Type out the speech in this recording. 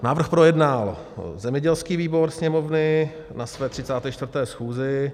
Návrh projednal zemědělský výbor Sněmovny na své 34. schůzi.